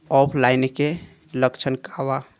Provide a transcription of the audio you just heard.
ऑफलाइनके लक्षण क वा?